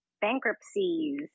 Bankruptcies